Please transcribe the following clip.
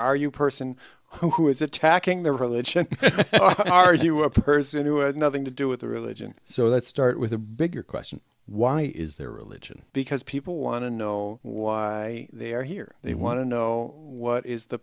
are you a person who is attacking their religion or are you a person who has nothing to do with religion so let's start with the bigger question why is there religion because people want to know why they are here they want to know what is the